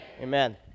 Amen